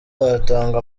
watanga